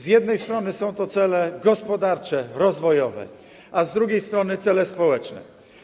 Z jednej strony są to cele gospodarcze, rozwojowe, a z drugiej strony cele społeczne.